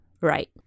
Right